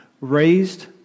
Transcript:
raised